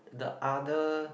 the other